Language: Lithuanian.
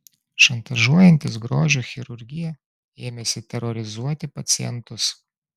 šantažuojantys grožio chirurgiją ėmėsi terorizuoti pacientus